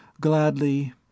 gladly